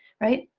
right?